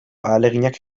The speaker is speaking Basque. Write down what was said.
ahaleginak